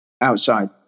Outside